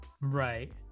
right